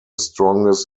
strongest